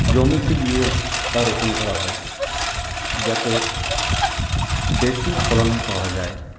জমিতে গিয়ে তা রোপণ করা হয় যাতে বেশি ফলন পাওয়া যায়